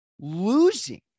losing